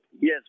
Yes